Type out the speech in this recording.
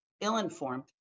ill-informed